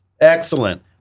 Excellent